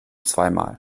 zweimal